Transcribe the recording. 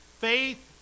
Faith